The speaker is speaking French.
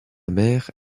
mère